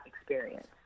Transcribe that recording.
experience